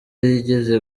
yigeze